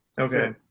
Okay